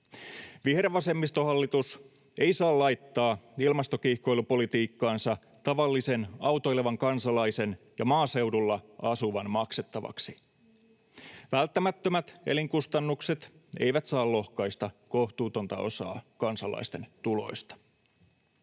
Vihervasemmistohallitus ei saa laittaa ilmastokiihkoilupolitiikkaansa tavallisen autoilevan kansalaisen ja maaseudulla asuvan maksettavaksi. Välttämättömät elinkustannukset eivät saa lohkaista kohtuutonta osaa kansalaisten tuloista.